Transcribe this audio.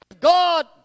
God